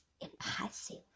impassive